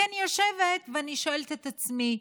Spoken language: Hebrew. כי אני יושבת ואני שואלת את עצמי: